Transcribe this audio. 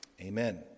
Amen